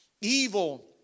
Evil